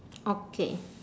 okay